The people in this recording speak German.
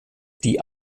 die